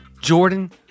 Jordan